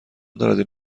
دارد